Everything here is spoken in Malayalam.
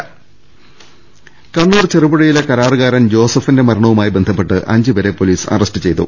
രദ്ദമ്പ്പെട്ടറ കണ്ണൂർ ചെറുപുഴയിലെ കരാറുകാരൻ ജോസഫിന്റെ മരണവുമായി ബന്ധപ്പെട്ട് അഞ്ചുപേരെ പൊലീസ് അറസ്റ്റ് ചെയ്തു